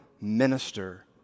minister